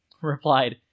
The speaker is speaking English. replied